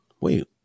Wait